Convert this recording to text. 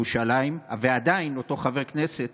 עדיין, אותו חבר כנסת